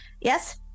yes